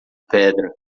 pedra